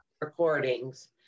recordings